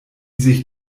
sich